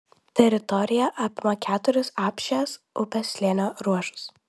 teritorija apima keturis apšės upės slėnio ruožus